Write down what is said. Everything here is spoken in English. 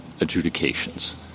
adjudications